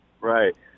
Right